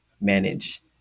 manage